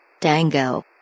Dango